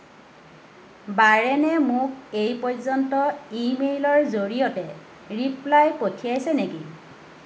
বাৰেনে মোক এই পৰ্য্যন্ত ইমেইলৰ জৰিয়তে ৰিপ্লাই পঠিয়াইছে নেকি